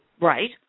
Right